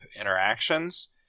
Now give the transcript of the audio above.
interactions